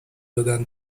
دادن